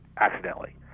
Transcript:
accidentally